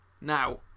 Now